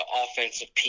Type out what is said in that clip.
offensive